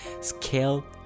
scale